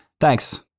Thanks